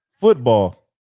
Football